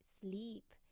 sleep